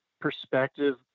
perspective